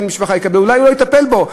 שאולי הוא לא יטפל בו.